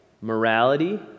morality